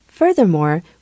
Furthermore